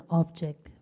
object